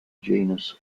genus